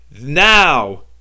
now